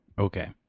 Okay